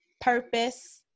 purpose